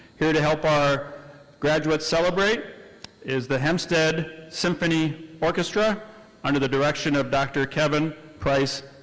here to help our graduates celebrate is the hempstead symphony orchestra under the direction of dr. kevin price-brenner.